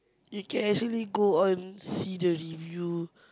you can actually go on see the review